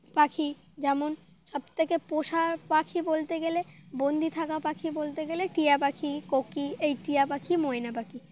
পাখি যেমন সবথেকে পোষা পাখি বলতে গেলে বন্দি থাকা পাখি বলতে গেলে টিয়া পাখি ককি এই টিয়া পাখি ময়না পাখি